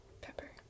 pepper